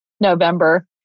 november